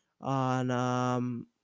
on